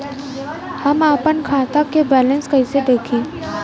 हम आपन खाता क बैलेंस कईसे देखी?